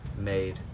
made